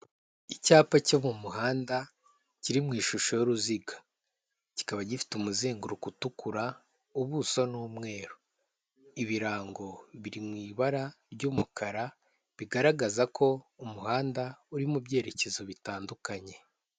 Icyapa cyo mu muhanda kiri mu ishusho y'uruziga, kikaba gifite umuzenguruko utukura. ubuso n'umweru, ibirango biri mw'ibara ry'umukara, bigaragaza ko umuhanda uri mu byerekezo bitandukanye.